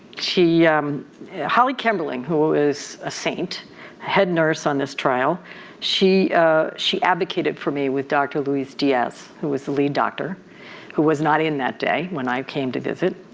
um holly kimberling, who is a saint head nurse on this trial she she advocated for me with dr. luis diaz who was the lead doctor who was not in that day when i came to visit.